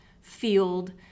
field